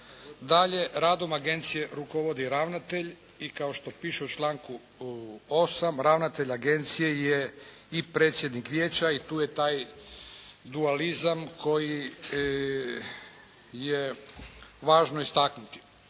Dalje. Radom agencija rukovodi ravnatelj i kao što pište u članku 8., ravnatelj agencije je i predsjednik vijeća i tu je taj dualizam koji je važno istaknuti.